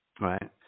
Right